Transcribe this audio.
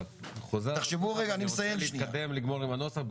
אתה חוזר על עצמך ואני רוצה לגמור עם הנוסח.